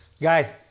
Guys